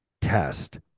test